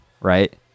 right